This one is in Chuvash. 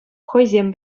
хӑйсем